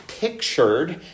pictured